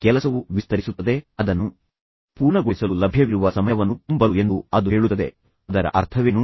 ಕೆಲಸವು ವಿಸ್ತರಿಸುತ್ತದೆ ಅದನ್ನು ಪೂರ್ಣಗೊಳಿಸಲು ಲಭ್ಯವಿರುವ ಸಮಯವನ್ನು ತುಂಬಲು ಎಂದು ಅದು ಹೇಳುತ್ತದೆ ಅದರ ಅರ್ಥವೇನು